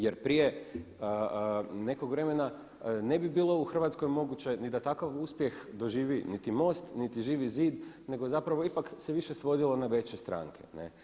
Jer prije nekog vremena ne bi bilo u Hrvatskoj moguće ni da takav uspjeh doživi niti MOST, niti Živi zid, nego zapravo ipak se više svodilo na veće stranke.